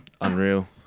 unreal